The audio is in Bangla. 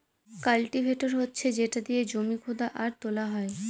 কাল্টিভেটর হচ্ছে যেটা দিয়ে জমি খুদা আর তোলা হয়